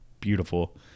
beautiful